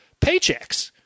paychecks